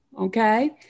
Okay